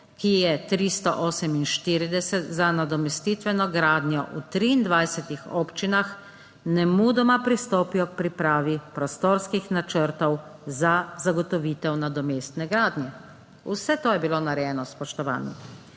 ki je 348, za nadomestitveno gradnjo v 23 občinah nemudoma pristopijo k pripravi prostorskih načrtov za zagotovitev nadomestne gradnje. Vse to je bilo narejeno, spoštovani.